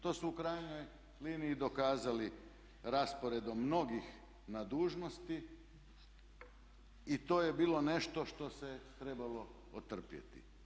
To su u krajnjoj liniji i dokazali rasporedom mnogih na dužnosti i to je bilo nešto što se trebalo otrpjeti.